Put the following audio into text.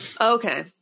Okay